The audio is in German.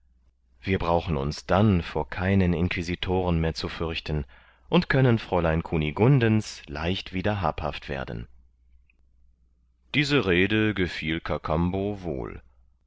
wir brauchen uns dann vor keinen inquisitoren mehr zu fürchten und können fräulein kunigundens leicht wieder habhaft werden diese rede gefiel kakambo wohl